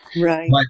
Right